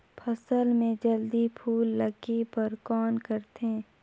फसल मे जल्दी फूल लगे बर कौन करथे?